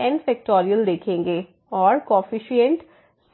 देखेंगे और कॉफिशिएंट